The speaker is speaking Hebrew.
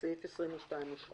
אין נמנעים, אין סעיף 22 נתקבל.